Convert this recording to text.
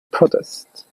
protest